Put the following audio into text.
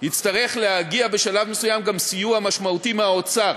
בשלב מסוים יצטרך להגיע גם סיוע משמעותי מהאוצר.